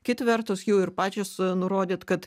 kita vertus jau ir pačios nurodėt kad